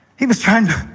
he was trying to